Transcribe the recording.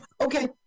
okay